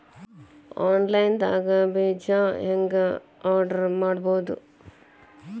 Online ದಾಗ ಬೇಜಾ ಹೆಂಗ್ ಆರ್ಡರ್ ಮಾಡೋದು?